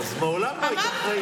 אז מעולם לא היית אחראית לממשלה הזאת.